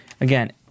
again